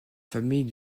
famille